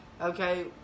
Okay